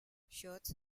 shirts